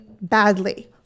badly